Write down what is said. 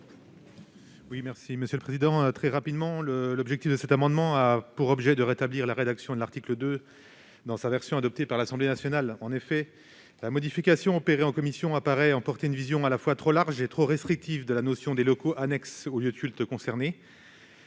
est ainsi libellé : La parole est à M. Ludovic Haye. Cet amendement a pour objet de rétablir la rédaction de l'article 2 dans sa version adoptée par l'Assemblée nationale. En effet, la modification opérée en commission paraît procéder d'une vision à la fois trop large et trop restrictive de la notion de « locaux annexes au lieu de culte concerné